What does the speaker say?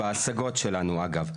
בהסגות שלנו אגב.